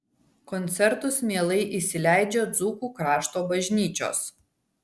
koncertus mielai įsileidžia dzūkų krašto bažnyčios